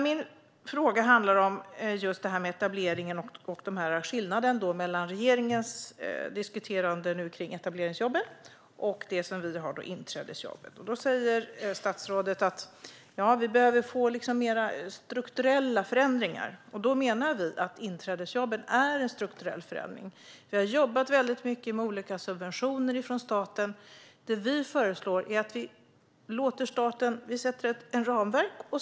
Min fråga handlar om etablering och skillnaden mellan regeringens etableringsjobb, som nu diskuteras, och vårt förslag om inträdesjobb. Statsrådet säger att det behövs mer strukturella förändringar. Vi menar att inträdesjobb är en strukturell förändring. Staten har jobbat mycket med olika subventioner. Vad vi föreslår är att staten får sätta ett ramverk.